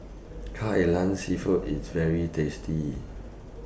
Kai Lan Seafood IS very tasty